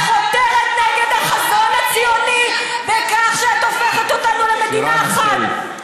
את חותרת נגד החזון הציוני בכך שאת הופכת אותנו למדינה אחת,